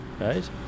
right